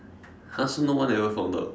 !huh! so no one ever found out